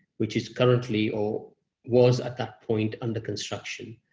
which is currently, or was at that point under construction.